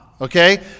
okay